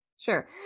sure